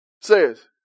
says